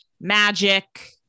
magic